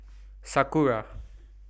Sakura